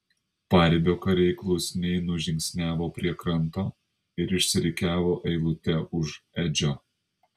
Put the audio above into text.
paribio kariai klusniai nužingsniavo prie kranto ir išsirikiavo eilute už edžio